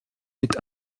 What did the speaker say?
mit